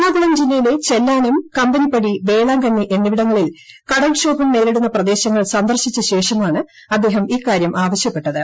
എറണാകുളം ജില്ലയിലെ ചെല്ലാനം കമ്പനിപ്പടി വേളാങ്കണ്ണി എന്നിവിടങ്ങളിൽ കടൽക്ഷോഭം നേരിടുന്ന പ്രദേശങ്ങൾ സന്ദർശിച്ച ശേഷമാണ് അദ്ദേഹം ഇക്കാര്യം ആവശ്യപ്പെട്ടത്